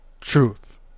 truth